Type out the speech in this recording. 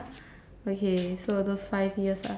okay so those five years ah